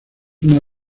una